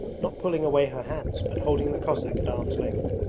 not pulling away her hands but holding the cossack at arm's length.